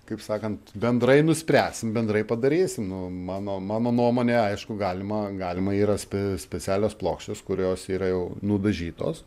kaip sakant bendrai nuspręsim bendrai padarysim nu mano mano nuomone aišku galima galima yra spe specialios plokštės kurios yra jau nudažytos